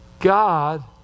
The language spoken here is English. God